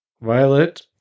Violet